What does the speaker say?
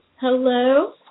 Hello